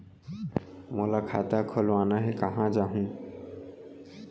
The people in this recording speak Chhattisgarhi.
मोला खाता खोलवाना हे, कहाँ जाहूँ?